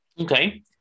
okay